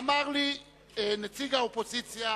אמר לי נציג האופוזיציה